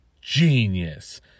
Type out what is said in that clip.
genius